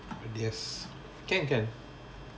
yes can can